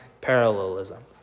parallelism